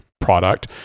product